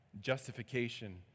justification